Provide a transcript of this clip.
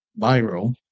viral